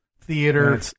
theater